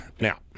Now